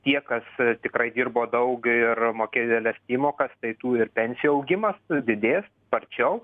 tie kas tikrai dirbo daug ir mokėjo dideles įmokas tai tų ir pensijų augimas didės sparčiau